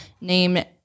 named